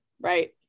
right